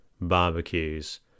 barbecues